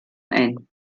ein